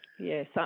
Yes